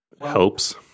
helps